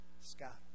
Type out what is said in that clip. Scott